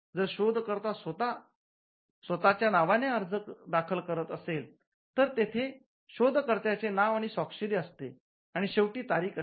जर शोधकर्ता स्वत च्या नावाने अर्ज दाखल करत असेल तर तेथे शोधकर्त्यांचे नाव आणि स्वाक्षरी असते आणि शेवटी तारीख असते